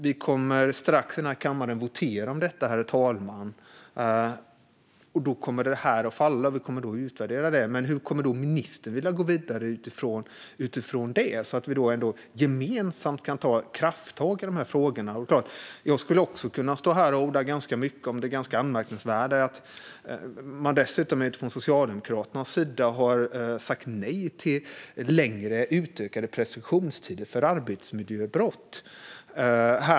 Vi kommer strax att votera i kammaren, herr talman, och då kommer detta att falla. Vi kommer då att utvärdera det, men hur kommer ministern att vilja gå vidare utifrån det - så att vi ändå gemensamt kan ta krafttag i de här frågorna? Jag skulle såklart också kunna stå här och orda om det ganska anmärkningsvärda i att man från Socialdemokraternas sida dessutom, för bara några veckor sedan, sa nej till längre utökade preskriptionstider för arbetsmiljöbrott.